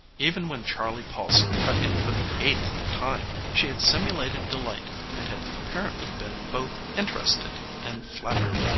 even when charley paulson cut in for the eighth time she had simulated delight and had apparently been both interested and flattered.